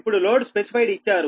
ఇప్పుడు load specified ఇచ్చారు